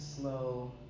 slow